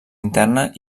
interna